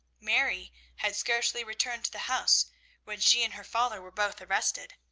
mary had scarcely returned to the house when she and her father were both arrested.